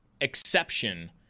exception